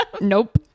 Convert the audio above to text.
Nope